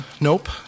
Nope